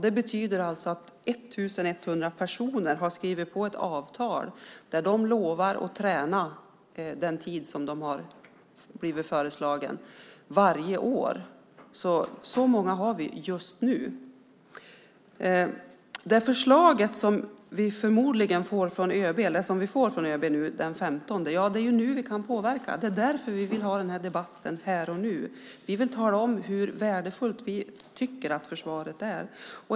Det betyder att 1 100 personer har skrivit på ett avtal där de lovar att träna den tid som de har blivit föreslagna varje år. Så många har vi just nu. Det är nu vi kan påverka det förslag som vi får från ÖB den 15 maj. Det är därför vi vill ha debatten här och nu. Vi vill tala om hur värdefullt vi tycker att försvaret är.